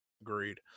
Agreed